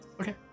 Okay